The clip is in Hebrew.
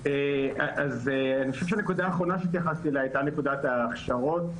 אני חושב שהנקודה האחרונה שהתייחסתי אליה הייתה נקודת ההכשרות.